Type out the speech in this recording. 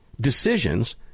decisions